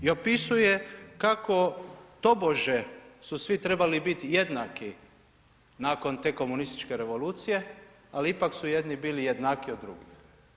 I opisuje kako tobože su svi trebali biti jednaki nakon te komunističke revolucije ali ipak su jedni bili jednakiji od drugih.